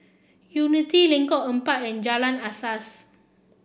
Unity Lengkong Empat and Jalan Asas